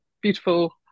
beautiful